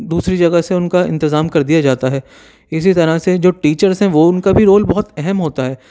دوسری جگہ سے ان کا انتظام کر دیا جاتا ہے اسی طرح سے جو ٹیچرس ہیں وہ ان کا بھی رول بہت اہم ہوتا ہے